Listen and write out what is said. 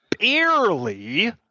Barely